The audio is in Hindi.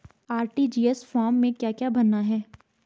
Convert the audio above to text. आर.टी.जी.एस फार्म में क्या क्या भरना है?